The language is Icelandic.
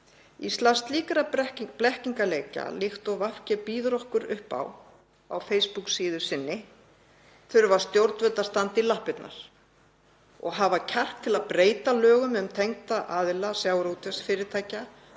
Í stað slíkra blekkingarleikja líkt og VG býður okkur upp á á Facebook-síðu sinni þurfa stjórnvöld að standa í lappirnar og hafa kjark til að breyta lögum um tengda aðila sjávarútvegsfyrirtækja,